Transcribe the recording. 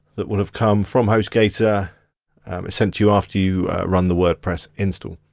that will have come from hostgator. it's sent to you after you run the wordpress instal.